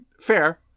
fair